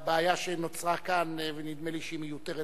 לבעיה שנוצרה כאן ונדמה לי שהיא מיותרת